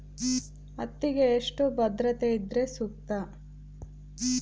ಹತ್ತಿಗೆ ಎಷ್ಟು ಆದ್ರತೆ ಇದ್ರೆ ಸೂಕ್ತ?